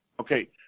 Okay